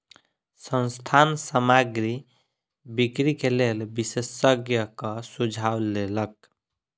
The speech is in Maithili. संस्थान सामग्री बिक्री के लेल विशेषज्ञक सुझाव लेलक